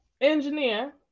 engineer